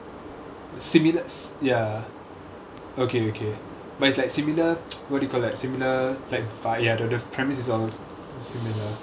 similar ya okay okay but it's like similar what do you call that similar like fi~ the the premise is all similar